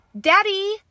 Daddy